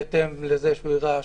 בהתאם לזה שהוא הראה